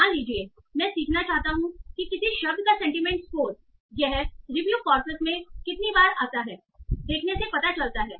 मान लीजिए मैं सीखना चाहता हूं कि किसी शब्द का सेंटीमेंट स्कोर यह रिव्यू कॉर्पस में कितनी बार आता है देखने से पता चलता है